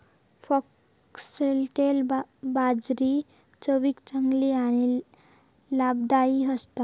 foxtail बाजरी चवीक चांगली आणि लाभदायी असता